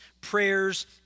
prayers